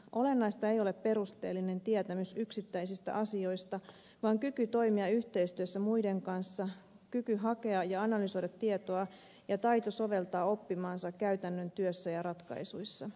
olennaista ei ole perusteellinen tietämys yksittäisistä asioista vaan kyky toimia yhteistyössä muiden kanssa kyky hakea ja analysoida tietoa ja taito soveltaa oppimaansa käytännön työssä ja ratkaisuissa